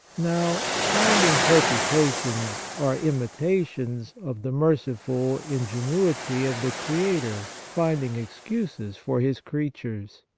now, kind inter pretations are imitations of the merciful ingenuity of the creator finding excuses for his creatures.